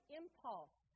impulse